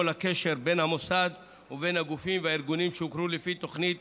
לקשר בין המוסד ובין הגופים והארגונים שהוכרו לפי התוכנית